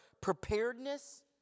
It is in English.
preparedness